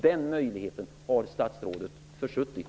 Den möjligheten har statsrådet försuttit.